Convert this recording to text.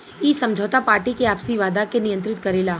इ समझौता पार्टी के आपसी वादा के नियंत्रित करेला